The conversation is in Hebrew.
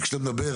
כי כשאתה מדבר